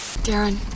Darren